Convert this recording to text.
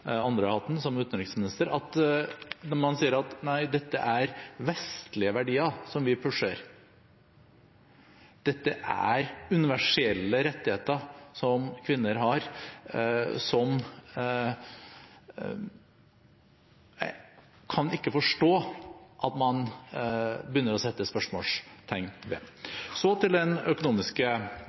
andre hatten, som utenriksminister – sier at dette er «vestlige» verdier som vi pusher. Dette er universelle rettigheter som kvinner har, og som jeg ikke kan forstå at man begynner å sette spørsmålstegn ved. Så til den økonomiske